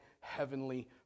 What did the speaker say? heavenly